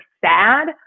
sad